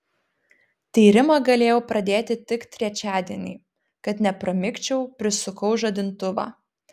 tyrimą galėjau pradėti tik trečiadienį kad nepramigčiau prisukau žadintuvą